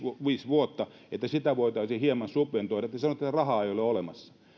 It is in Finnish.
vuotta että sitä voitaisi hieman subventoida te sanotte että tätä rahaa ei ole olemassa